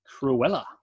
Cruella